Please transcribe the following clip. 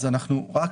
אז אנחנו רק